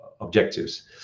objectives